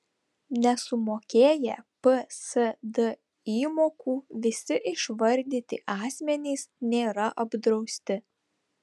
nesumokėję psd įmokų visi išvardyti asmenys nėra apdrausti